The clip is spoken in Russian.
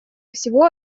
всего